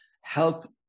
help